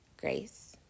grace